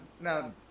Now